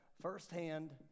firsthand